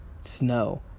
snow